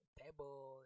table